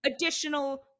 additional